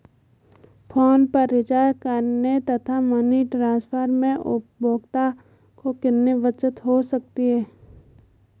Phone पर recharge करने तथा मनी ट्रांसफर में उपभोक्ता को कितनी बचत हो सकती है?